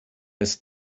ist